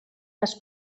les